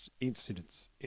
incidents